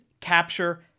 capture